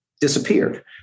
disappeared